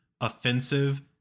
offensive